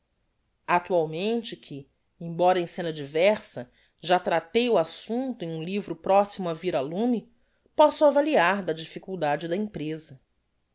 actualmente que embora em scena diversa já tratei o assumpto em um livro proximo á vir á lume posso avaliar da difficuldade da empreza